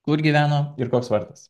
kur gyveno ir koks vardas